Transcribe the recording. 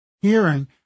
hearing